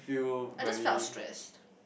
I just felt stress